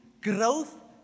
growth